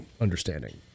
understanding